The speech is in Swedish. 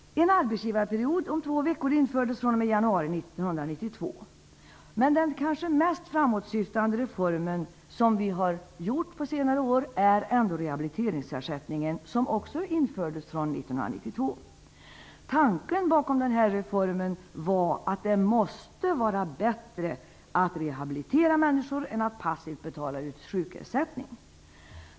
januari 1992. Men den kanske mest framåtsyftande reformen som vi har genomfört på senare år är ändå rehabiliteringsersättningen, som också infördes fr.o.m. 1992. Tanken bakom den reformen är att det måste vara bättre att rehabilitera människor än att passivt betala ut sjukersättning.